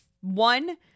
one